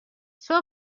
صبح